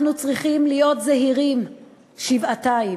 אנחנו צריכים להיות זהירים שבעתיים.